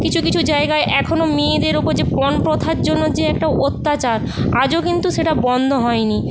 কিছু কিছু জায়গায় এখনও মেয়েদের ওপর যে পণপ্রথার জন্য যে একটা অত্যাচার আজও কিন্তু সেটা বন্ধ হয়নি